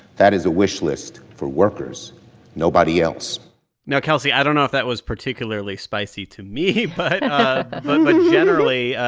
that is a wish list for workers nobody else now, kelsey, i don't know if that was particularly spicy to me, but generally,